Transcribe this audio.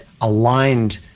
aligned